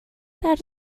that